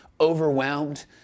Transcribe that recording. overwhelmed